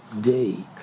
day